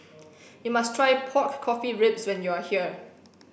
you must try pork coffee ribs when you are here